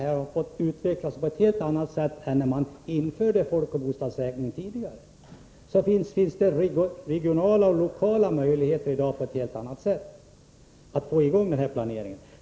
Det finns i dag helt andra regionala och lokala möjligheter att få i gång planeringen än det gjorde när folkoch bostadsräkningarna infördes en gång i tiden.